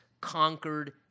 conquered